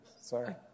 Sorry